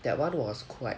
that one was quite